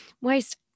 waste